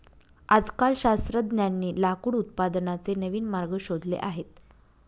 आजकाल शास्त्रज्ञांनी लाकूड उत्पादनाचे नवीन मार्ग शोधले आहेत